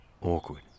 Awkward